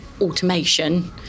automation